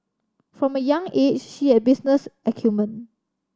from a young age she had business acumen